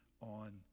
on